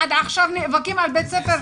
עד עכשיו נאבקים על בית ספר.